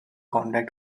contract